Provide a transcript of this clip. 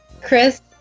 Chris